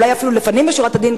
אולי אפילו לפנים משורת הדין,